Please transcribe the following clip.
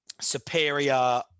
superior